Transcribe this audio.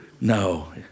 No